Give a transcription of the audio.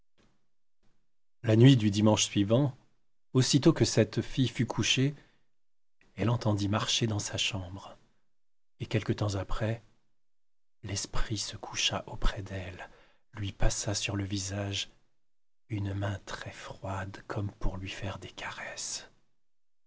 la nuit du dimanche suivant aussitôt que cette fille fut couchée elle entendit marcher dans sa chambre et quelque tems après l'esprit se coucha auprès d'elle lui passa sur le visage une main très froide comme pour lui faire des caresses